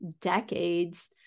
decades